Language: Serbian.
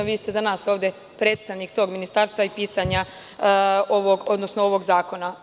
Vi ste danas ovde predstavnik tog ministarstva i pisanja ovog zakona.